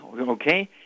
okay